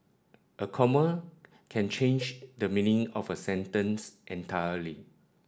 a comma can change the meaning of a sentence entirely